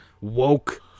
woke